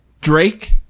Drake